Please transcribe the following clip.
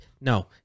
no